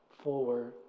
forward